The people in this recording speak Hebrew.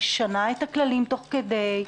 משנה את הכללים תוך כדי,